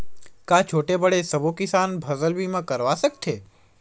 का छोटे बड़े सबो किसान फसल बीमा करवा सकथे?